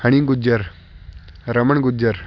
ਹਨੀ Gujjar Raman Gujjar